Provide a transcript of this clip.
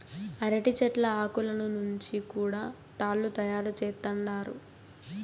అరటి చెట్ల ఆకులను నుంచి కూడా తాళ్ళు తయారు చేత్తండారు